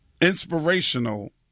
inspirational